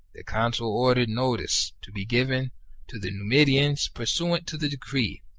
the consul ordered notice to be given to the numidians pursuant to the decree,